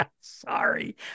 Sorry